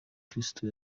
kristo